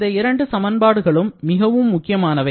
இந்த இரண்டு சமன்பாடுகளும் மிக முக்கியமானவை